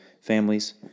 families